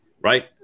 right